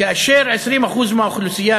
כאשר 20% מהאוכלוסייה,